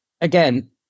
again